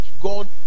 God